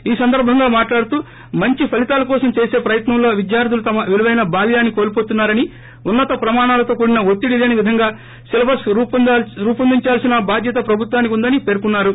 ఈ సందర్బంగా మాట్లాడుతూ మంచి ఫలితాల కోసం చేసే ప్రయత్నంలో విద్యార్దులు తమ విలువైన బాల్యాన్ని కోల్పోతున్నారని ఉన్నత ప్రమాణాలతో కూడిన ఒత్తిడి లేని విధంగా సిలబస్ రూపొందించాల్సిన బాధ్యత ప్రభుత్వానికి ఉందని పేర్కొన్నారు